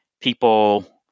people